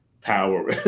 power